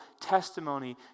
testimony